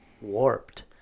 warped